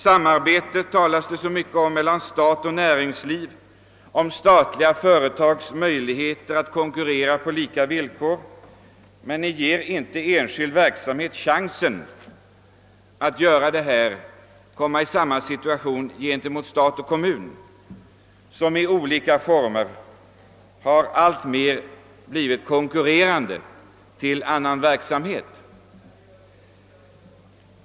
Det talas ofta om samarbete mellan staten och näringslivet och om enskilda företags möjlighet att konkurrera med staten på lika villkor, men ni ger inte enskild verksamhet någon möjlighet att komma i jämbördig ställning med stat och kommun, vilka i olika former blivit allt svårare konkurrenter till annan verksamhet.